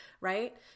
right